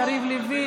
יריב לוין,